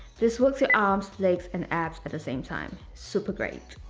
this works your arms, legs and abs at the same time. super great.